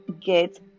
get